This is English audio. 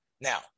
Now